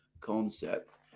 concept